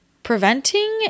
preventing